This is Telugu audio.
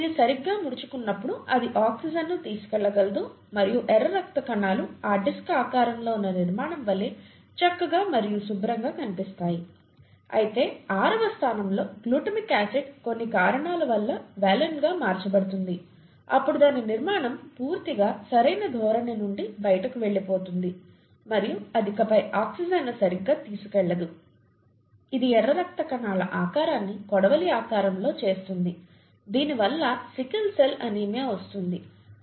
ఇది సరిగ్గా ముడుచుకున్నప్పుడు అది ఆక్సిజన్ను తీసుకెళ్లగలదు మరియు ఎర్ర రక్త కణాలు ఈ డిస్క్ ఆకారంలో ఉన్న నిర్మాణం వలె చక్కగా మరియు శుభ్రంగా కనిపిస్తాయి అయితే ఆరవ స్థానంలో గ్లూటామిక్ ఆసిడ్ కొన్ని కారణాల వల్ల వేలైన్గా మార్చబడుతుంది అప్పుడు దాని నిర్మాణం పూర్తిగా సరైన ధోరణి నుండి బయటకు వెళ్లిపోతుంది మరియు అది ఇకపై ఆక్సిజన్ను సరిగ్గా తీసుకెళ్లదు ఇది ఎర్ర రక్త కణాల ఆకారాన్ని కొడవలి ఆకారంలో చేస్తుంది దీని వల్ల సికిల్ సెల్ అనీమియా వస్తుంది